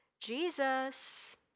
Jesus